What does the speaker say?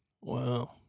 Wow